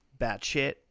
batshit